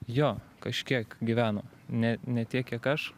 jo kažkiek gyveno ne ne tiek kiek aš